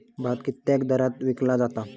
भात कित्क्या दरात विकला जा?